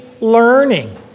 learning